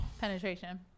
Penetration